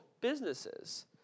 businesses